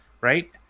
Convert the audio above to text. Right